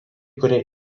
kurie